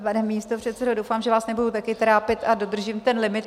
Pane místopředsedo, doufám, že vás nebudu také trápit a dodržím ten limit.